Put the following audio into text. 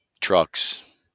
trucks